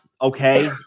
okay